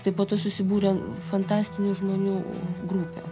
tai po to susibūrė fantastinių žmonių grupė